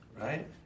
right